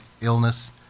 illness